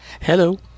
Hello